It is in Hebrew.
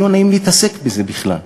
זה לא נעים להתעסק בזה בכלל.